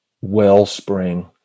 wellspring